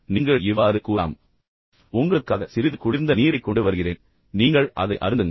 ஆனால் நீங்கள் அவரிடம் குறைதபட்சம் இவ்வாறு கூறலாம் உங்களுக்காக சிறிது குளிர்ந்த நீரை கொண்டு வருகிறேன் நீங்கள் அதை அருந்துங்கள்